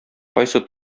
кайсы